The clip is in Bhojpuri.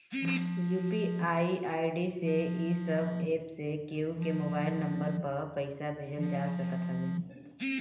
यू.पी.आई आई.डी से इ सब एप्प से केहू के मोबाइल नम्बर पअ पईसा भेजल जा सकत हवे